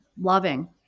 loving